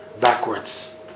backwards